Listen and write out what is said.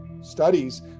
studies